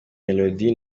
melody